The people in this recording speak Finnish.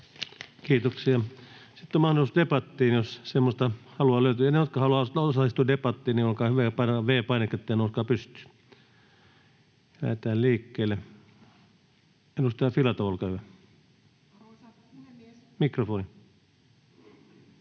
Kiitoksia. — Sitten on mahdollisuus debattiin, jos semmoista halua löytyy. Ne, jotka haluavat osallistua debattiin, olkaa hyvä ja painakaa V-painiketta ja nouskaa pystyyn. — Lähdetään liikkeelle. Edustaja Filatov, olkaa hyvä. [Speech